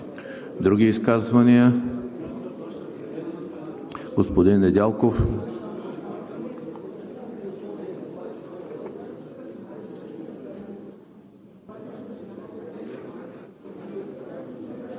Други изказвания? Господин Недялков,